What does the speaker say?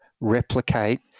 replicate